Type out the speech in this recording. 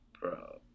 Bro